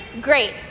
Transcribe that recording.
great